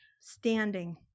standing